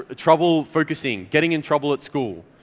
ah trouble focusing, getting in trouble at school,